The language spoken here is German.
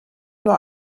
nur